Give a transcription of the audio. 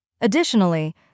Additionally